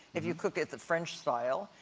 if you cook it the french style,